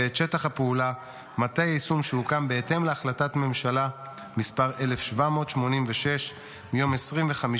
ואת שטח הפעולה: מטה היישום שהוקם בהתאם להחלטת ממשלה מס' 1786 מיום 27